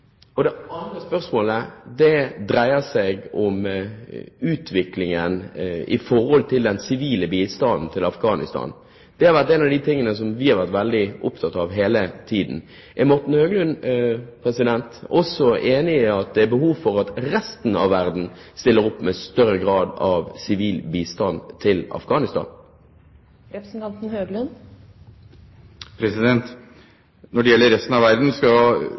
Det andre spørsmålet dreier seg om utviklingen i den sivile bistanden til Afghanistan. Det har vært en av de tingene vi har vært veldig opptatt av hele tiden. Er Morten Høglund også enig i at det er behov for at resten av verden stiller opp i større grad med sivil bistand til Afghanistan? Når det gjelder resten av verden,